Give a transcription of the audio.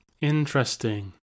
Interesting